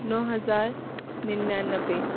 नौ हज़ार निन्यानवे